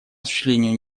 осуществлению